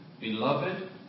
Beloved